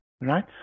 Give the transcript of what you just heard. Right